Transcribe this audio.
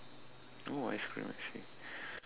oh ice cream I see